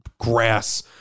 Grass